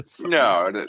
No